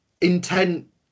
intent